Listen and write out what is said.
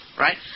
right